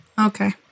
Okay